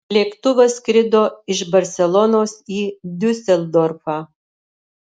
lėktuvas skrido iš barselonos į diuseldorfą